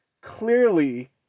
clearly